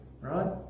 right